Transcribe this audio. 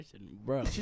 bro